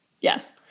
Yes